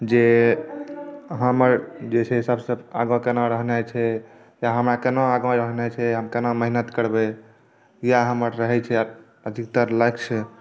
जे हमर जे छै से सभसँ आगाँ केना रहनाइ छै या हमरा केना आगाँ रहनाइ छै हम केना मेहनत करबै या हमर रहै छै अधिकतर लक्ष्य